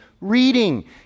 reading